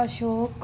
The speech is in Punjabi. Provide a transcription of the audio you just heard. ਅਸ਼ੋਕ